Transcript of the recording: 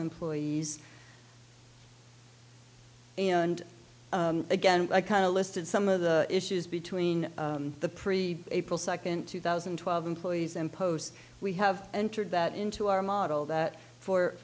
employees and again i kind of listed some of the issues between the pre april second two thousand and twelve employees and post we have entered that into our model that for